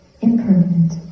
impermanent